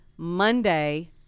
Monday